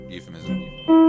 Euphemism